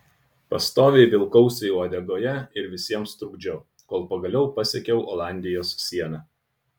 pastoviai vilkausi uodegoje ir visiems trukdžiau kol pagaliau pasiekiau olandijos sieną